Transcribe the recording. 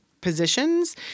positions